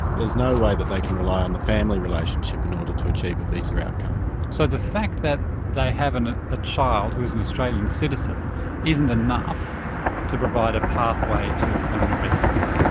there is no way that they can rely on the family relationship in order to achieve a visa outcome. so the fact that they have a child who is an australian citizen isn't enough to provide a pathway to permanent residency?